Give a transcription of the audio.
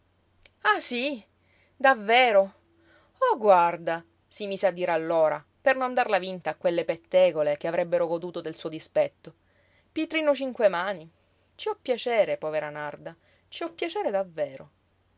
ah sí davvero oh guarda si mise a dire allora per non darla vinta a quelle pettegole che avrebbero goduto del suo dispetto pitrinu cinquemani ci ho piacere povera narda ci ho piacere davvero